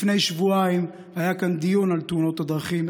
לפני שבועיים היה כאן דיון על תאונות הדרכים,